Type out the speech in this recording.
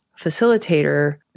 facilitator